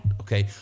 okay